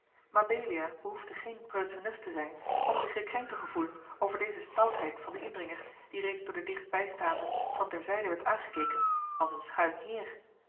mabelia behoefde geene preutsche nuf te zijn om zich gekrenkt te gevoelen over deze stoutheid van den indringer die reeds door de dichtbijstaanden van ter zijde werd aangekeken als een schuin heer